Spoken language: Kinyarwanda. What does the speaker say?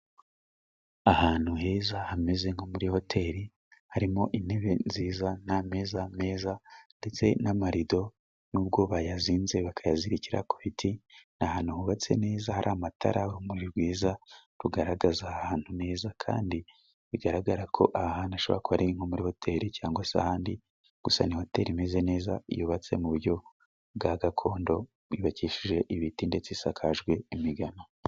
Ahantu heza hameze nko muri hoteri. Harimo intebe nziza n'ameza meza, ndetse n'amarido n'ubwo bayazinze bakayazirikira ku biti. Ni ahantu hubatse neza hari amatara, urumuri rwiza rugaragaza ahantu heza, kandi bigaragara ko aha hantu hashobora kuba ari nko muri hoteri cyangwa se ahandi. Gusa ni hoteri imeze neza yubatse mu buryo bwa gakondo, ,yubakishije ibiti ndetse isakajwe imigano.